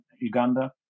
Uganda